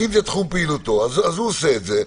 אם זה תחום פעילותו, אז הוא עושה את זה.